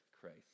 Christ